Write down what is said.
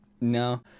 no